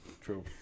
True